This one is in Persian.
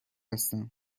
هستم